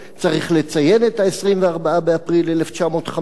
צריך לציין את 24 באפריל 1915,